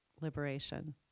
liberation